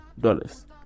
dollars